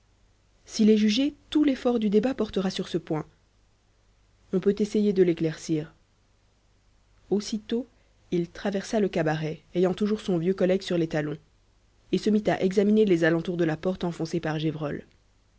s'il est jugé tout l'effort du débat portera sur ce point on peut essayer de l'éclaircir aussitôt il traversa le cabaret ayant toujours son vieux collègue sur les talons et se mit à examiner les alentours de la porte enfoncée par